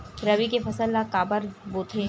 रबी के फसल ला काबर बोथे?